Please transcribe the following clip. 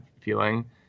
feeling